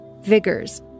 vigors